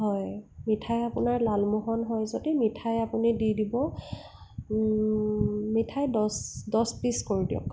হয় মিঠাই আপোনাৰ লালমোহন হয় যদি মিঠাই আপুনি দি দিব মিঠাই দহ দহ পিছ কৰি দিয়ক